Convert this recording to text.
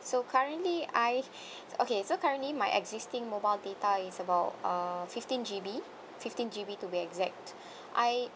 so currently I okay so currently my existing mobile data is about uh fifteen G_B fifteen G_B to be exact I